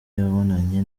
yabonanye